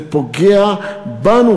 זה פוגע בנו,